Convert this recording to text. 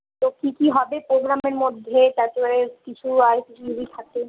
ওই কী কী হবে প্রোগ্রামের মধ্যে তারপরে কিছু আর কিছু যদি থাকে